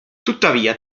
tuttavia